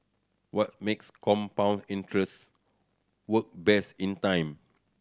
what makes compound interest work best in time